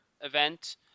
event